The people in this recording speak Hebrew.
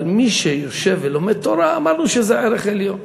אבל מי שיושב ולומד תורה, אמרנו שזה ערך עליון.